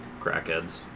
crackheads